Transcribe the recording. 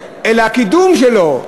אלא הקידום שלו.